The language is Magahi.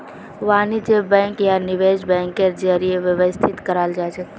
वाणिज्य बैंक या निवेश बैंकेर जरीए व्यवस्थित कराल जाछेक